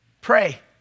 Pray